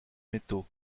métaux